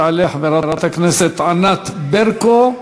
תעלה חברת הכנסת ענת ברקו,